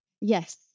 Yes